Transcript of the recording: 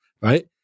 right